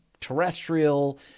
terrestrial